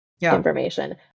information